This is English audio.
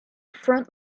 front